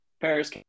Paris